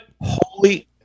Holy